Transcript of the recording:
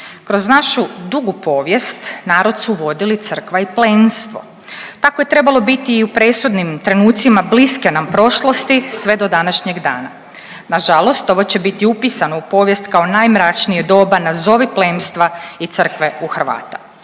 Kroz našu dugu povijest narod su vodili crkva i plemstvo. Tako je trebalo biti i u presudnim trenucima bliske nam prošlosti sve do današnjeg dana. Na žalost ovo će biti upisano u povijest kao najmračnije doba nazovi plemstva i crkve u Hrvata.